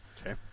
Okay